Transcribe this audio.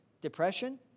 Depression